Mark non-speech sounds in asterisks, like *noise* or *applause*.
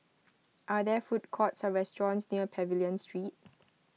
*noise* are there food courts or restaurants near Pavilion Street *noise*